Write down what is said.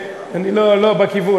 אני לא בכיוון,